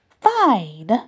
Fine